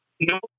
No